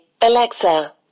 Alexa